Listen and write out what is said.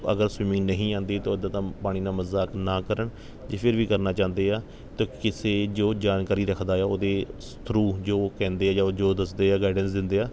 ਅਗਰ ਸਵੀਮਿੰਗ ਨਹੀਂ ਆਉਂਦੀ ਤਾਂ ਉਦੋਂ ਤਾਂ ਪਾਣੀ ਨਾਲ਼ ਮਜ਼ਾਕ ਨਾ ਕਰਨ ਜੇ ਫਿਰ ਵੀ ਕਰਨਾ ਚਾਹੁੰਦੇ ਆ ਅਤੇ ਕਿਸੇ ਜੋ ਜਾਣਕਾਰੀ ਰੱਖਦਾ ਆ ਉਹਦੇ ਸ ਥਰੂ ਜੋ ਕਹਿੰਦੇ ਜਾਂ ਜੋ ਉਹ ਦੱਸਦੇ ਆ ਜੋ ਗਾਈਡੈਂਸ ਦਿੰਦੇ ਆ